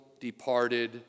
departed